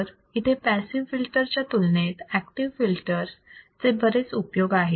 तर इथे passive filter च्या तुलनेतं ऍक्टिव्ह फिल्टर्स चे बरेच उपयोग आहेत